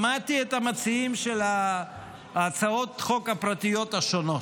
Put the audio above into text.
שמעתי את המציעים של הצעות החוק הפרטיות השונות.